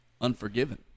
Unforgiven